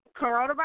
Coronavirus